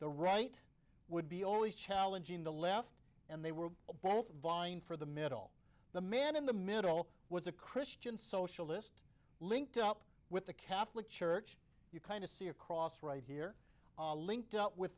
the right would be always challenging the left and they were both vying for the middle the man in the middle was a christian socialist linked up with the catholic church you kind of see across right here linked up with